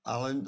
Ale